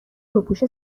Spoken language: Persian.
روپوش